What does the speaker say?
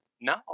No